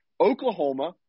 Oklahoma